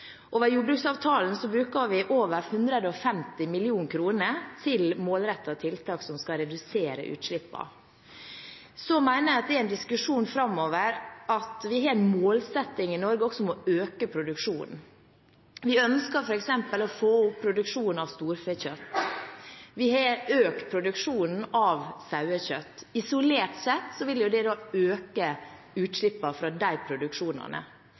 jordbruksavtalen bruker vi over 150 mill. kr til målrettede tiltak som skal redusere utslippene. Jeg mener at det er en diskusjon framover med hensyn til at vi også har en målsetting i Norge om å øke produksjonen. Vi ønsker f.eks. å få opp produksjonen av storfekjøtt, og vi har økt produksjonen av sauekjøtt. Isolert sett vil det da øke utslippene fra de produksjonene.